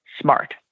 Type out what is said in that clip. smart